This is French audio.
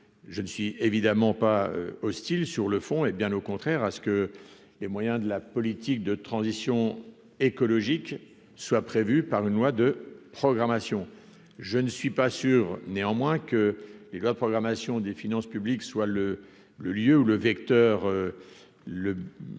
je ne suis évidemment pas hostile sur le fond, hé bien au contraire à ce que les moyens de la politique de transition écologique soit prévu par une loi de programmation, je ne suis pas sûr néanmoins que les lois de programmation des finances publiques, soit le le lieu où le vecteur le le